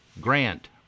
Grant